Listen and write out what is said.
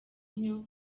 ntyo